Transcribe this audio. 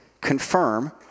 confirm